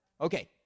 Okay